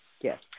Yes